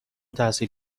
تحصیل